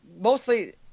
mostly